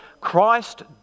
Christ